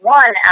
one